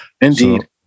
Indeed